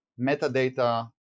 metadata